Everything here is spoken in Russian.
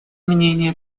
мнения